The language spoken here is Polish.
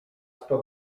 sto